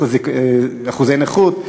אחוזי נכות.